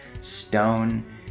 stone